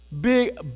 big